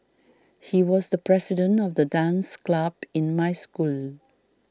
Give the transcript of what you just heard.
he was the president of the dance club in my school